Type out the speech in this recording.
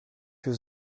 für